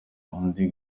undi